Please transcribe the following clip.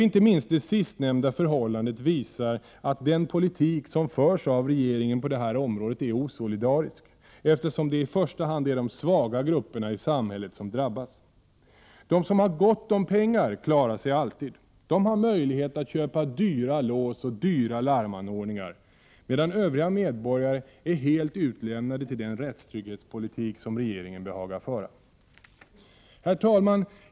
Inte minst det sistnämnda förhållandet visar att den politik som förs av regeringen på det här området är osolidarisk, eftersom det i första hand är de svaga grupperna i samhället som drabbas. De som har gott om pengar klarar sig alltid. De har möjlighet att köpa dyra lås och dyra larmanordningar, medan övriga medborgare är helt utlämnade till den rättstrygghetspolitik som regeringen behagar föra. Herr talman!